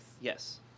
Yes